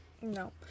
No